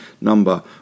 number